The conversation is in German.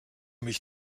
mich